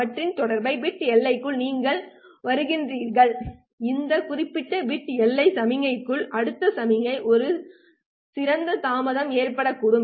அவற்றின் தொடர்புடைய பிட் எல்லைகளில் நீங்கள் வருகிறீர்கள் இந்த குறிப்பிட்ட பிட் எல்லை சமிக்ஞைகள் அடுத்த முறைக்குள் ஒரு சிறிய தாமதம் ஏற்படக்கூடும்